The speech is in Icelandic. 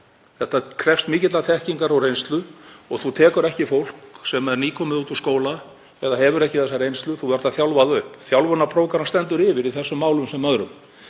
Þetta krefst mikillar þekkingar og reynslu. Þú tekur ekki fólk sem er nýkomið út úr skóla eða hefur ekki þessa reynslu, það þarf að þjálfa það upp. Þjálfunarprógramm stendur yfir í þessum málum sem öðrum.